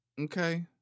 Okay